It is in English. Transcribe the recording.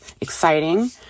exciting